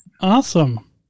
Awesome